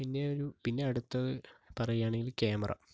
പിന്നെ ഒരു പിന്നെ അടുത്തത് പറയുകയാണെങ്കില് ക്യാമറ